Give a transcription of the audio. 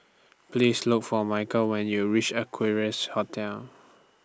Please Look For Michael when YOU REACH Equarius Hotel